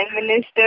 Minister